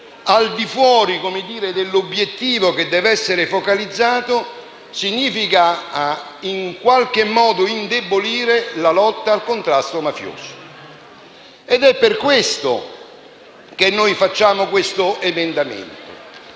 al di fuori dell'obiettivo che deve essere focalizzato, significa in qualche modo indebolire la lotta alla mafia. Ed è per questo che abbiamo proposto l'emendamento